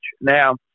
Now